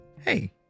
hey